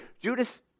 Judas